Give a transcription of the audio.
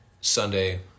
Sunday